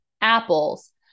apples